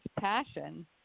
passion